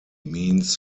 means